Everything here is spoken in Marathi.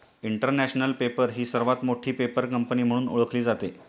इंटरनॅशनल पेपर ही सर्वात मोठी पेपर कंपनी म्हणून ओळखली जाते